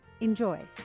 Enjoy